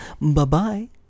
Bye-bye